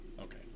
Okay